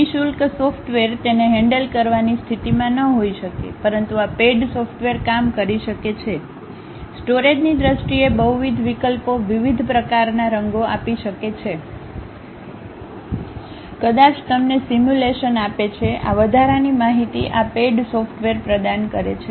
નિ શુલ્ક સોફ્ટવેર તેને હેન્ડલ કરવાની સ્થિતિમાં ન હોઈ શકે પરંતુ આ પેઇડ સોફ્ટવેર કામ કરી શકે છે સ્ટોરેજની દ્રષ્ટિએ બહુવિધ વિકલ્પો વિવિધ પ્રકારનાં રંગો આપી શકે છે કદાચ તમને સિમ્યુલેશન આપે છે આ વધારાની માહિતી આ પેઇડ સોફ્ટવેર પ્રદાન કરે છે